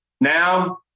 Now